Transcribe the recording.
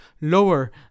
lower